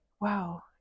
wow